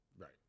Right